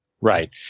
Right